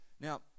Now